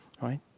Right